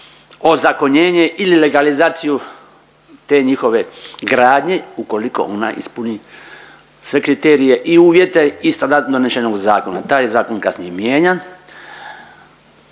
ozakonjenje ili legalizaciju te njihove gradnje ukoliko ona ispuni sve kriterije i uvjete i standard donesenog zakona. Taj je zakon kasnije mijenjan.